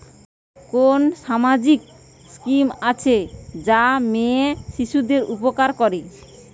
কোন সামাজিক স্কিম আছে যা মেয়ে শিশুদের উপকার করে?